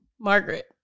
Margaret